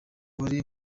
wari